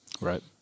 Right